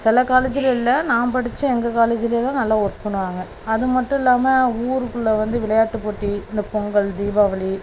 சில காலேஜில்ல்ல நான் படித்த எங்கள் காலேஜிலைல்லாம் நல்லா ஒர்க் பண்ணுவாங்க அது மட்டும் இல்லாமல் ஊருக்குள்ளே வந்து விளையாட்டு போட்டி இந்த பொங்கல் தீபாவளி